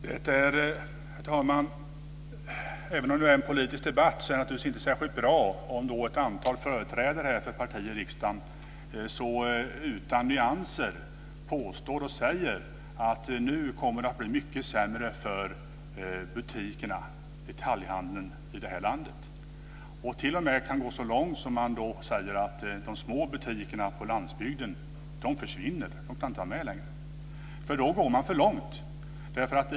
Herr talman! Även om det här är en politisk debatt, är det inte särskilt bra om ett antal företrädare för partier i riksdagen så utan nyanser påstår att det kommer att bli mycket sämre för detaljhandeln i landet. De kan t.o.m. gå så långt att de säger att de små butikerna på landsbygden försvinner. Då går man för långt.